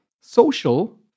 social